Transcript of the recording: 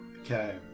Okay